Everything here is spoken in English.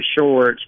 short